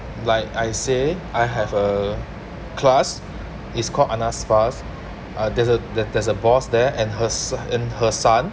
like I said I have a class is called anna's spas uh there's there's a boss there and her s~ and her son